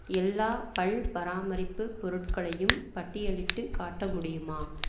எல்லா பல் பராமரிப்பு பொருட்களையும் பட்டியலிட்டுக் காட்ட முடியுமா